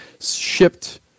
shipped